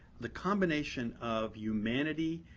the combination of humanity,